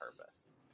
purpose